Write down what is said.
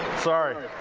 sorry.